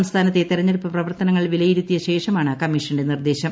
സംസ്ഥാനത്തെ തെരഞ്ഞെടുപ്പ് പ്രവർത്ത്നുങ്ങൾ വിലയിരുത്തിയ ശേഷമാണ് കമ്മീഷന്റെ നിർദ്ദേശം